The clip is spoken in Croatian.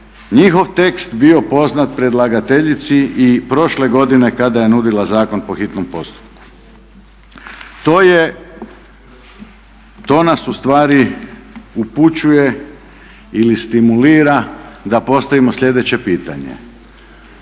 njihov tekst bio poznat predlagateljici i prošle godine kada je nudila zakon po hitnom postupku. To je, to nas ustvari upućuje ili stimulira da postavimo sljedeće pitanje.